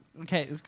Okay